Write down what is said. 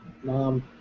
Mom